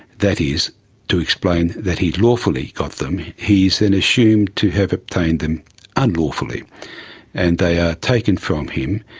that is to explain that he lawfully got them, he is then assumed to have obtained them unlawfully and they are taken from him.